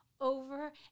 over